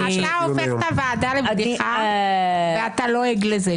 אתה הופך את הוועדה לבדיחה ואתה לועג לזה.